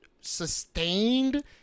sustained